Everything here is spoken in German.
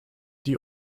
die